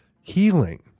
healing